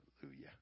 Hallelujah